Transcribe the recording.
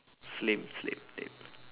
it's lame lame lame